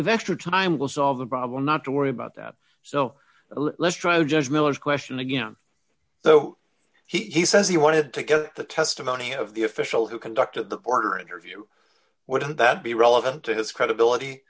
investor time will solve the problem not to worry about that so let's try the judge miller's question again so he says he wanted to get the testimony of the official who conducted the porter interview would that be relevant to his credibility